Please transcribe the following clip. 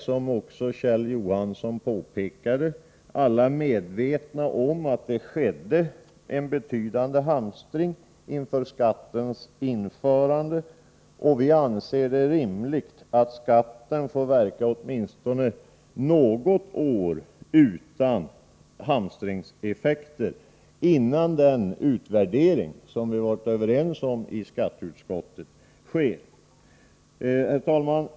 Som också Kjell Johansson påpekade är alla medvetna om att det skedde en betydande hamstring inför skattens införande. Vi anser det rimligt att skatten får verka åtminstone något år utan hamstringseffekter, innan den utvärdering som vi varit ense om i skatteutskottet sker. Herr talman!